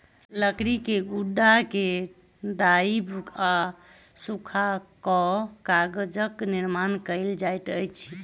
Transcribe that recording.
लकड़ी के गुदा के दाइब आ सूखा कअ कागजक निर्माण कएल जाइत अछि